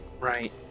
right